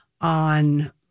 on